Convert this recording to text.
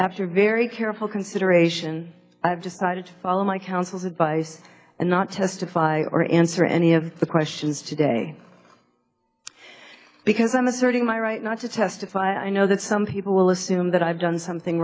after very careful consideration i've just tried to follow my counsel's advice and not testify or answer any of the questions today because i'm asserting my right not to testify i know that some people will assume that i've done something